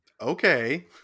Okay